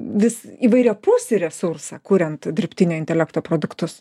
vis įvairiapusį resursą kuriant dirbtinio intelekto produktus